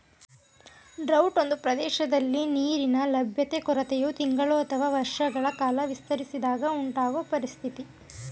drought ಒಂದು ಪ್ರದೇಶದಲ್ಲಿ ನೀರಿನ ಲಭ್ಯತೆ ಕೊರತೆಯು ತಿಂಗಳು ಅಥವಾ ವರ್ಷಗಳ ಕಾಲ ವಿಸ್ತರಿಸಿದಾಗ ಉಂಟಾಗೊ ಪರಿಸ್ಥಿತಿ